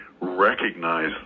recognize